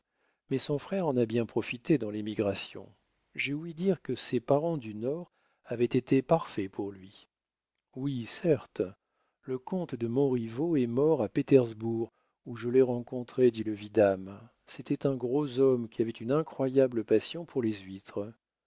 mais son frère en a bien profité dans l'émigration j'ai ouï dire que ses parents du nord avaient été parfaits pour lui oui certes le comte de montriveau est mort à pétersbourg où je l'ai rencontré dit le vidame c'était un gros homme qui avait une incroyable passion pour les huîtres